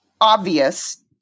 obvious